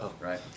Right